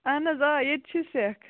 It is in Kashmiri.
اَہَن آ ییٚتہِ چھِ سٮ۪کھ